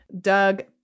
Doug